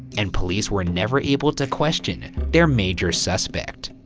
and police were never able to question their major suspect.